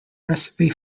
recipe